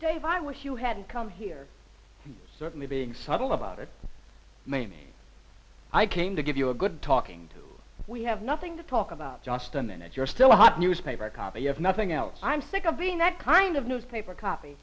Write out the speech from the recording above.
dave i wish you hadn't come here certainly being subtle about it mamie i came to give you a good talking to we have nothing to talk about just a minute you're still hot newspaper copy if nothing else i'm sick of being that kind of newspaper copy